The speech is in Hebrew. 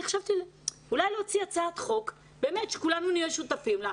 חשבתי אולי להוציא הצעת חוק שכולנו נהיה שותפים לה,